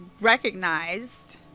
recognized